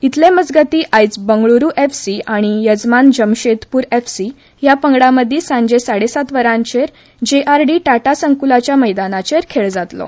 इतले मजगतीं आयज बंगळुरू एफसी आनी येजमान जमशेदपूर एफसी ह्या पंगडां मदीं सांजे साडेसात वरांचेर जेआरडी टाटा संकुलाच्या मैदानार खेळ जातलो